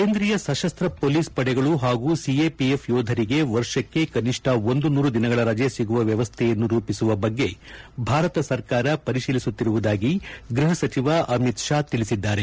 ಕೇಂದ್ರೀಯ ಸಶಸ್ತ್ರ ಪೊಲೀಸ್ ಪಡೆಗಳು ಹಾಗೂ ಸಿಎಪಿಎಫ್ ಯೋಧರಿಗೆ ವರ್ಷಕ್ಕೆ ಕನಿಷ್ಠ ಒಂದು ನೂರು ದಿನಗಳ ರಜೆ ಸಿಗುವ ವ್ಯವಸ್ಥೆಯನ್ನು ರೂಪಿಸುವ ಬಗ್ಗೆ ಭಾರತ ಸರ್ಕಾರ ಪರಿಶೀಲಿಸುತ್ತಿರುವಾಗಿ ಗೃಹ ಸಚಿವ ಅಮಿತ್ ಷಾ ತಿಳಿಸಿದ್ದಾರೆ